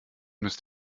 müsst